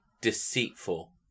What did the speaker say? deceitful